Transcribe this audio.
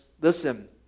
listen